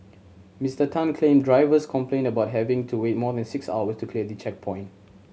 Mister Tan claimed drivers complained about having to wait more than six hours to clear the checkpoint